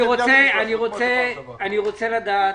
אני רוצה לדעת,